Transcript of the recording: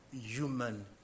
human